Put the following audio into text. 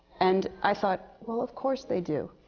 and i thought, well, of course they do.